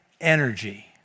energy